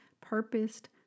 purposed